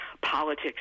Politics